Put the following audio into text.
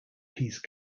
peace